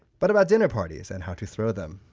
but about dinner parties and how to throw them.